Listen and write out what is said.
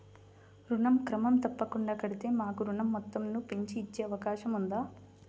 ఋణం క్రమం తప్పకుండా కడితే మాకు ఋణం మొత్తంను పెంచి ఇచ్చే అవకాశం ఉందా?